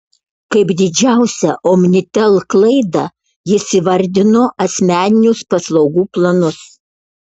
kaip didžiausią omnitel klaidą jis įvardino asmeninius paslaugų planus